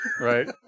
Right